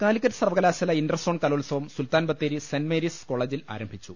കാലിക്കറ്റ് സർവകലാശാല ഇൻർസോൺ കലോത്സവം Sultan Bathery saint Mary's കോളജിൽ ആരംഭിച്ചു